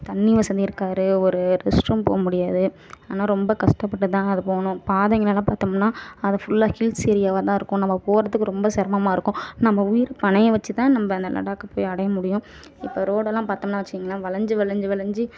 தண்ணி வசதி இருக்காது ஒரு ரெஸ்ட்ரூம் போக முடியாது ஆனால் ரொம்ப கஷ்டப்பட்டு தான் அது போனோம் பாதைங்களெல்லாம் பாத்தோம்னால் அது ஃபுல்லாக ஹில்ஸ் ஏரியாவாக தான் இருக்கும் நம்ப போகிறதுக்கு ரொம்ப சிரமமா இருக்கும் நம்ப உயிர் பணயம் வச்சு தான் நம்ப அந்த லடாக்கு போய் அடைய முடியும் இப்போ ரோடெல்லாம் பாத்தோம்னா வச்சுங்களேன் வளைஞ்சி வளைஞ்சி வளைஞ்சி